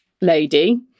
lady